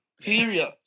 Period